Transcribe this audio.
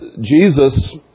Jesus